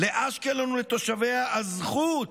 לאשקלון ולתושביה הזכות